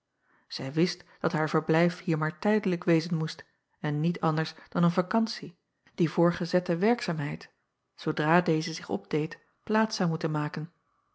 zij wist dat haar verblijf hier maar tijdelijk wezen moest en niet anders dan een vakantie acob van ennep laasje evenster delen die voor gezette werkzaamheid zoodra deze zich opdeed plaats zou moeten maken